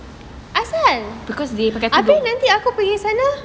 because they pakai tudung